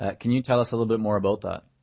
ah can you tell us a little bit more about that?